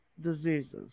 diseases